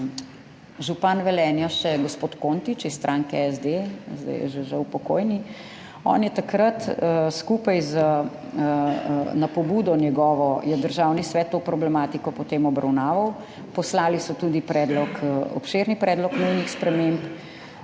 župan Velenja še gospod Kontič iz stranke SD, zdaj je že žal pokojni, on je takrat skupaj, na njegovo pobudo je Državni svet to problematiko potem obravnaval, poslali so tudi predlog, obširni predlog nujnih sprememb